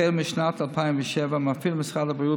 החל משנת 2007 מפעיל משרד הבריאות,